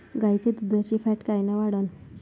गाईच्या दुधाची फॅट कायन वाढन?